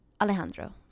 alejandro